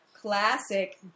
classic